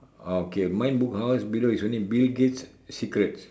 okay mine book house below is only bill gates secrets